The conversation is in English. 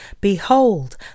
Behold